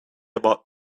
about